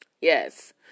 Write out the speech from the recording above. Yes